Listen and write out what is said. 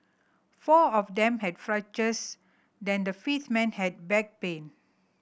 four of them had fractures than the fifth man had back pain